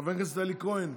חבר הכנסת אלי כהן,